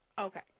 Okay